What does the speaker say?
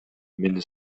мени